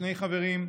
שני חברים,